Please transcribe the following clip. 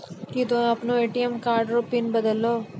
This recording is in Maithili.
की तोय आपनो ए.टी.एम कार्ड रो पिन बदलहो